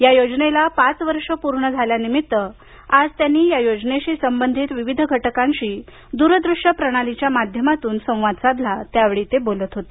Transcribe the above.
या योजनेला पाच वर्षं पूर्ण झाल्यानिमित्त आज त्यांनी या योजनेशी सबंधित विविध घटकांशी दूरदृश्य प्रणालीच्या माध्यमातून त्यांनी संवाद साधला त्या वेळी ते बोलत होते